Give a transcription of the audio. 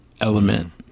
element